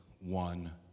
one